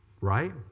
Right